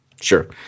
Sure